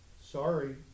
Sorry